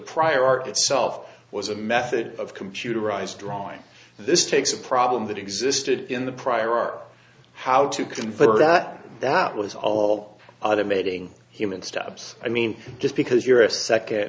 prior art itself was a method of computerized drawing this takes a problem that existed in the prior art how to confirm that that was all automating human stubs i mean just because you're a second